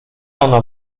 ona